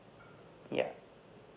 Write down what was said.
ya